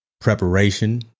preparation